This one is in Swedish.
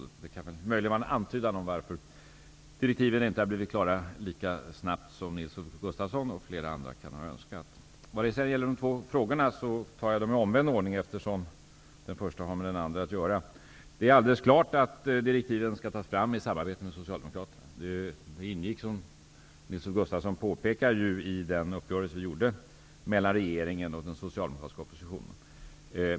Detta kan möjligen ge en antydan till varför direktiven inte har blivit klara lika snabbt som Nils-Olof Gustafsson och flera andra kan ha önskat. Vad sedan gäller de två frågorna, vill jag besvara dem i omvänd ordning, eftersom den första har med den andra att göra. Det är alldeles klart att direktiven skall tas fram i samarbete med Socialdemokraterna. Som Nils-Olof Gustafsson påpekade ingick det ju i den uppgörelse som träffades mellan regeringen och den socialdemokratiska oppositionen.